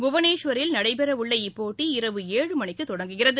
புவனேஸ்வரில் நடைபெறவுள்ள இப்போட்டி இரவு ஏழு மணிக்கு தொடங்குகிறது